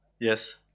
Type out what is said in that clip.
Yes